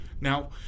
now